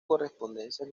correspondencia